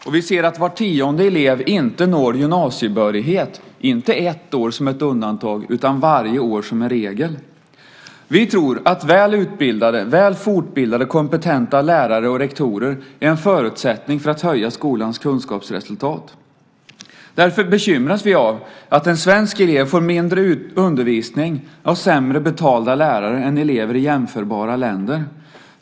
Vi ser också att var tionde elev inte når gymnasiebehörighet, inte ett år som ett undantag utan varje år som en regel. Vi tror att väl utbildade, väl fortbildade och kompetenta lärare och rektorer är en förutsättning för att höja skolans kunskapsresultat. Därför bekymras vi av att en svensk elev får mindre undervisning av sämre betalda lärare än elever i jämförbara länder.